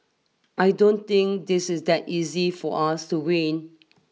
I don't think this is that easy for us to win